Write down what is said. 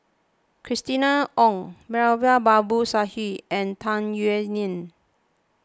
Christina Ong Moulavi Babu Sahib and Tung Yue Nang